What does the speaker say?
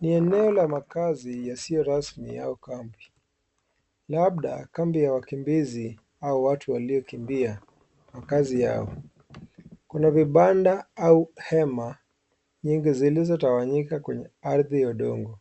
Ni eneo la makazi yasiyo rasmi au kambi , labda kambi ya wakimbizi au watu waliokimbia makazi yao. Kuna vibanda au hema nyingi zilizotawanyika kwenye ardhi ya udongo